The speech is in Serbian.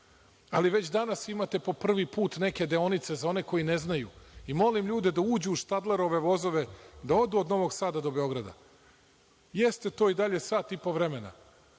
Već danas imate po privi put neke deonice za one koji ne znaju. Molim ljude da uđu u Štadlerove vozove, da odu od Novog Sada do Beograda. Jeste to i dalje sat i po vremena,